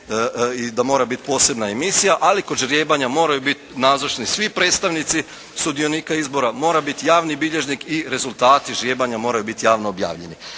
i da mora biti posebna emisija, ali kod ždrijebanja moraju biti nazočni svi predstavnici sudionika izbora, mora biti javni bilježnik i rezultati ždrijebanja moraju biti javno objavljeni.